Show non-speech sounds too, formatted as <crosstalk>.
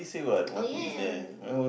<noise> oh ya ya